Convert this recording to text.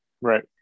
Right